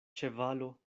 ĉevalo